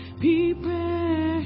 prepare